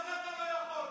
מה אתה אומר?